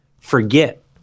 forget